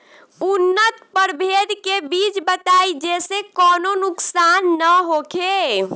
उन्नत प्रभेद के बीज बताई जेसे कौनो नुकसान न होखे?